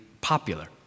popular